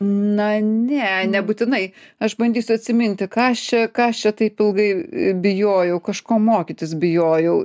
na ne nebūtinai aš bandysiu atsiminti ką aš čia ką aš čia taip ilgai bijojau kažko mokytis bijojau